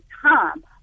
time